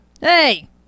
Hey